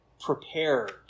prepared